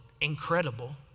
incredible